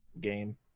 game